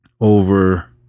over